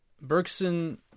bergson